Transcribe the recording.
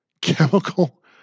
chemical